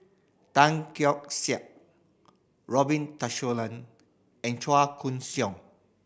Tan Keong Saik Robin and Chua Koon Siong